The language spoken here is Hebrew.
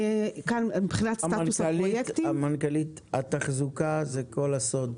המנכ"לית, המנכ"לית, תחזוקה זה כל הסוד.